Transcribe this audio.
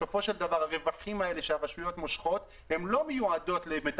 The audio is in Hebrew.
בסופו של דבר הרווחים האלה שהרשויות מושכות לא מיועדות למשק המים,